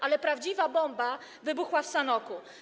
Ale prawdziwa bomba wybuchła w Sanoku.